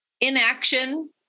Inaction